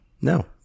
no